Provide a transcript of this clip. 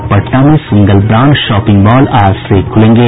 और पटना में single brand shopping mall आज से खुलेंगे